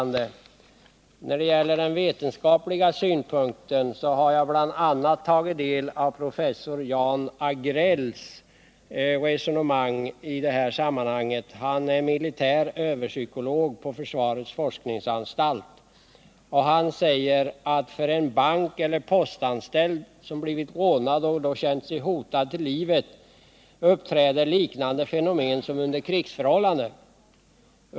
När det gäller de vetenskapliga synpunkterna har jag bl.a. tagit del av professor Jan Agrells resonemang. Han är militäröverpsykolog på försvarets forskningsanstalt. Han säger: ”För en bankeller postanställd som blivit rånad och då känt sig hotad till livet uppträder liknande fenomen som under krigsförhållanden.